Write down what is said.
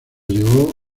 llevó